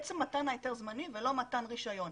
עצם מתן ההיתר הזמני ולא מתן רישיון.